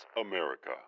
America